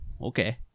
okay